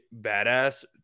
badass